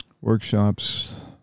workshops